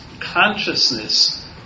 consciousness